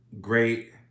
great